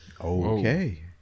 Okay